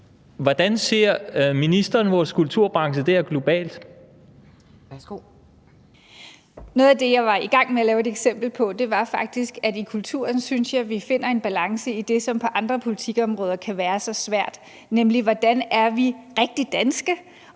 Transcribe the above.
Kulturministeren (Joy Mogensen): Noget af det, jeg var i gang med at komme med et eksempel på, var faktisk, at jeg synes, vi i kulturen finder en balance i det, som på andre politikområder kan være så svært, nemlig hvordan vi er rigtig danske